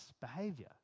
behavior